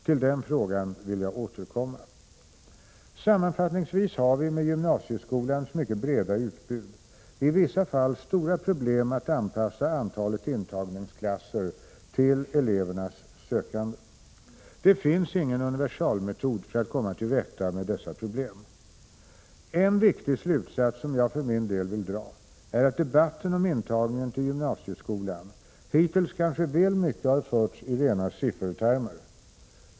Till den frågan vill jag återkomma. Sammanfattningsvis har vi med gymnasieskolans mycket breda utbud i vissa fall stora problem att anpassa antalet intagningsklasser till elevernas sökande. Det finns ingen universalmetod för att komma till rätta med dessa problem. En viktig slutsats som jag för min del vill dra är att debatten om intagningen till gymnasieskolan hittills kanske väl mycket har förts i rena siffertermer.